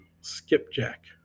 Skipjack